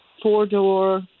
Four-door